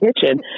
kitchen